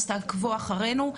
אז תעקבו אחרינו.